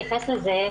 יתייחס לזה,